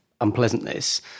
unpleasantness